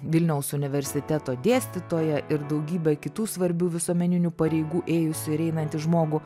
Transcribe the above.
vilniaus universiteto dėstytoją ir daugybę kitų svarbių visuomeninių pareigų ėjusį ir einantį žmogų